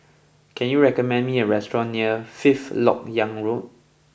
can you recommend me a restaurant near Fifth Lok Yang Road